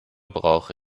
brauche